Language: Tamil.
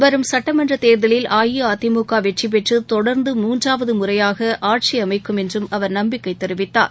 வரும் சுட்டமன்றத்தேர்தலில் அஇஅதிமுக வெற்றிபெற்று தொடர்ந்து மூன்றாவது முறையாக ஆட்சி அமைக்கும் என்று அவர் நம்பிக்கை தெரிவித்தார்